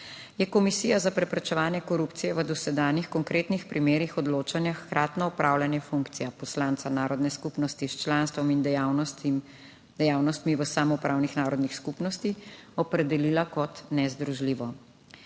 je Komisija za preprečevanje korupcije v dosedanjih konkretnih primerih odločanja hkratno opravljanje funkcije poslanca narodne skupnosti s članstvom in dejavnostmi v samoupravnih narodnih skupnosti opredelila kot nezdružljivo.